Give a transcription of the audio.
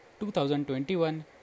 2021